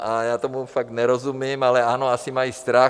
A já tomu fakt nerozumím, ale ano, asi mají strach.